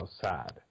sad